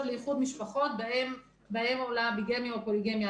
לאיחוד משפחות בהן עולה ביגמיה או פוליגמיה.